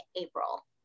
April